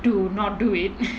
to not do it